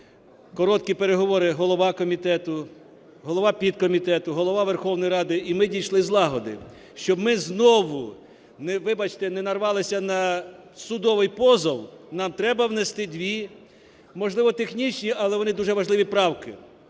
короткі переговори, голова комітету, голова підкомітету, Голова Верховної Ради і ми дійшли злагоди, щоб ми знову, вибачте, не нарвалися на судовий позов, нам треба внести дві, можливо, технічні, але вони дуже важливі правки.